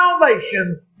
salvation